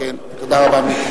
תודה רבה, מיקי.